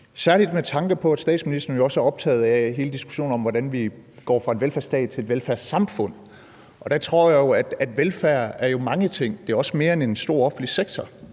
særlig med tanke på, at statsministeren jo også er optaget af hele diskussionen om, hvordan vi går fra velfærdsstat til velfærdssamfund. Der tror jeg jo, at velfærd er mange ting. Det er også mere end en stor offentlig sektor.